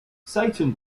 satan